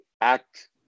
act